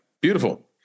Beautiful